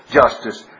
justice